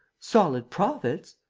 solid profits.